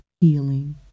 healing